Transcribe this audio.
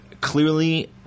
clearly